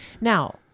Now